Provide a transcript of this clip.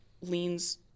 leans